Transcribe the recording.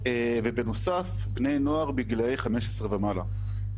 ובנוסף בני נוער בגילאי 15 ומעלה.